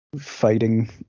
fighting